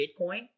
Bitcoin